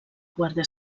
guàrdia